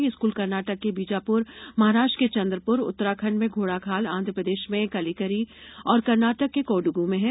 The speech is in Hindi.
ये स्कूल कर्नाटक के बीजापुर महाराष्ट्र के चंद्रपुर उत्तराखंड में घोड़ाखाल आंध्र प्रदेश में कलिकिरी और कर्नाटक में कोडागु में है